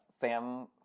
Sam